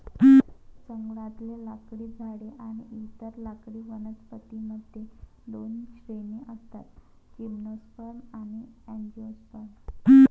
जंगलातले लाकडी झाडे आणि इतर लाकडी वनस्पतीं मध्ये दोन श्रेणी असतातः जिम्नोस्पर्म आणि अँजिओस्पर्म